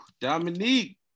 Dominique